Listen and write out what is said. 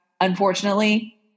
unfortunately